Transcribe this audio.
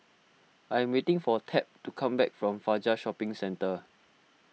I am waiting for Tab to come back from Fajar Shopping Centre